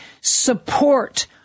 support